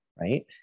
right